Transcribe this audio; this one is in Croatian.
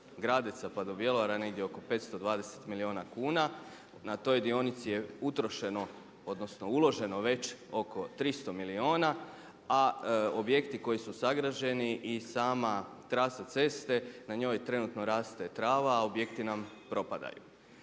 pa do Bjelovara je negdje oko 520 milijuna kuna. Na toj dionici je utrošeno, odnosno uloženo već ok 300 milijuna a objekti koji su sagrađeni i sama trasa ceste na njoj trenutno raste trava a objekti nam propadaju.